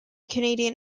canadian